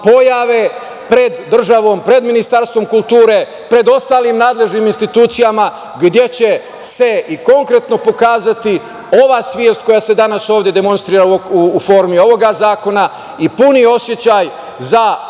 pred državom, pred Ministarstvom kulture, pred ostalim nadležnim institucijama, gde će se i konkretno pokazati ova svest koja se danas ovde demonstrira u formi ovog zakona i puni osećaj za